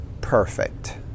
perfect